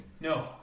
no